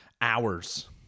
hours